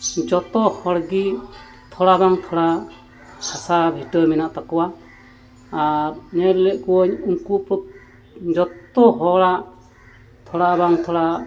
ᱡᱚᱛᱚ ᱦᱚᱲ ᱜᱮ ᱛᱷᱚᱲᱟ ᱵᱟᱝ ᱛᱷᱚᱲᱟ ᱥᱟᱥᱟ ᱵᱷᱤᱴᱟᱹ ᱢᱮᱱᱟᱜ ᱛᱟᱠᱚᱣᱟ ᱟᱨ ᱧᱮᱞ ᱞᱮᱫ ᱠᱚᱣᱟᱹᱧ ᱩᱱᱠᱩ ᱡᱚᱛᱚ ᱦᱚᱲᱟᱜ ᱛᱷᱚᱲᱟ ᱵᱟᱝ ᱛᱷᱚᱲᱟ